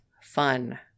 fun